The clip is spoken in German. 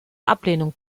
ablehnung